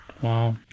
Wow